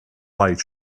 light